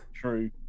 true